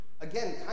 Again